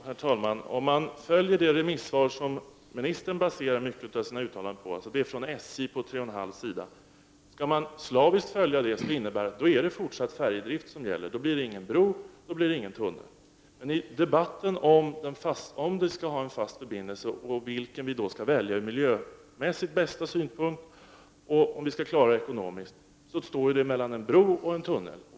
Herr talman! Om man slaviskt följer det remissvar som ministern baserar mycket av sina uttalanden på — det är remissvaret från SJ på tre och en halv sida — innebär det att det är fortsatt färjedrift som gäller. Då blir det ingen bro och ingen tunnel. I debatten om huruvida vi skall ha en fast förbindelse och vilken vi i så fall skall välja som är miljömässigt bäst och som vi kan klara ekonomiskt står valet mellan en bro och en tunnel.